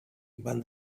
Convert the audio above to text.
but